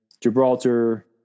Gibraltar